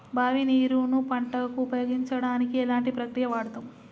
బావి నీరు ను పంట కు ఉపయోగించడానికి ఎలాంటి ప్రక్రియ వాడుతం?